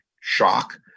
shock